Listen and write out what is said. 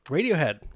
Radiohead